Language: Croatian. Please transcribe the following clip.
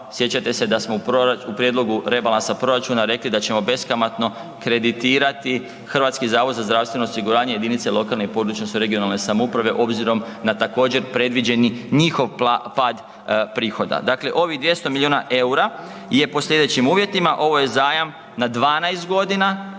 Sjećate se da smo u prijedlogu rebalansa proračuna rekli da ćemo beskamatno kreditirati HZZO i jedinice lokalne i područne (regionalne) samouprave obzirom na također predviđeni njihov pad prihoda. Dakle ovih 200 milijuna eura je po sljedećim uvjetima ovo je zajam na 12 godina